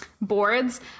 boards